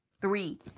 Three